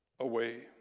away